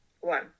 One